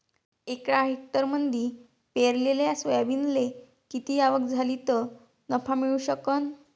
एका हेक्टरमंदी पेरलेल्या सोयाबीनले किती आवक झाली तं नफा मिळू शकन?